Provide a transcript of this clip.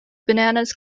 bananas